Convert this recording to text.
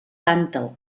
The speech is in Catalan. tàntal